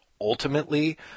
...ultimately